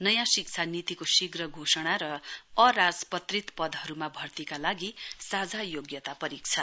नयाँ शिक्षा नीतिको शीघ्र घोषणा र अराजपत्रित पदहरूमा भर्तीका लागि साझा योग्यता परीक्षा